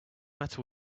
matter